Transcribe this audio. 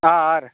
ಹಾಂ ಹಾಂ ರೀ